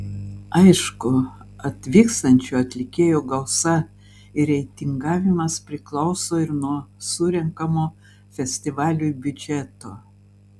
aišku atvykstančių atlikėjų gausa ir reitingavimas priklauso ir nuo surenkamo festivaliui biudžeto